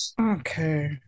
Okay